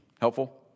Helpful